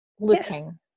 looking